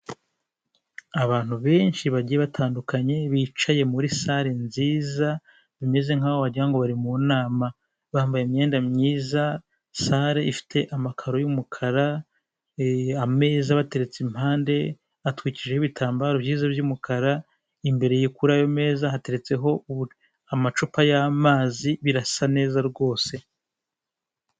Abantu benshi bagiye batandukanye bicaye muri salle nziza, bimeze nkaho wagirango bari mu nama. Bambaye imyenda myiza, salle ifite amakaro y'umukara, ameza abateretse impande atwikijeho ibitambaro byiza by'umukara, imbere kuri ayo meza hateretseho amacupa y'amazi, birasa neza rwose.